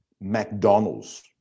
McDonald's